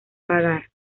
pagar